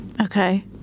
Okay